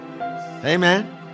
Amen